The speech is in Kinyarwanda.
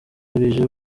bije